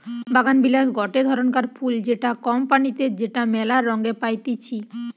বাগানবিলাস গটে ধরণকার ফুল যেটা কম পানিতে যেটা মেলা রঙে পাইতিছি